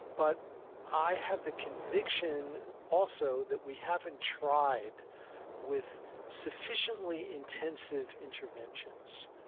but i have the conviction, also, that we haven't tried with sufficiently intensive interventions.